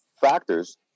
factors